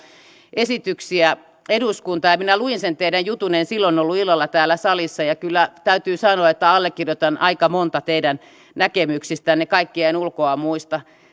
esityksiä eduskuntaan minä luin sen teidän juttunne en silloin ollut illalla täällä salissa ja kyllä täytyy sanoa että allekirjoitan aika monta teidän näkemyksistänne kaikkia en ulkoa muista